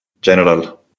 general